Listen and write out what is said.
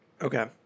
Okay